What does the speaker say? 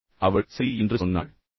எனவே அவள் சரி என்று சொன்னாள்